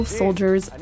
soldiers